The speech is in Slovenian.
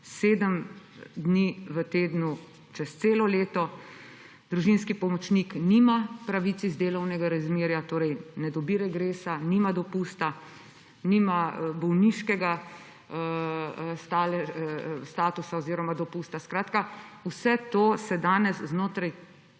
7 dni v tednu, čez celo leto. Družinski pomočnik nima pravic iz delovnega razmerja, torej ne dobi regresa, nima dopusta, nima bolniškega statusa oziroma dopusta. Skratka, vse to se danes znotraj